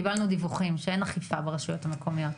קיבלנו דיווחים שאין אכיפה ברשויות המקומיות.